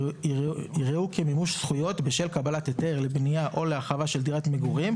יראו כמימוש זכויות בשל קבלת היתר לבנייה או להרחבה של דירת מגורים,